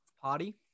party